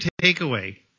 takeaway